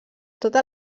totes